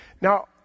Now